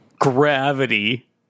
gravity